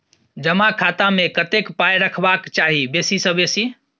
जमा खाता मे कतेक पाय रखबाक चाही बेसी सँ बेसी?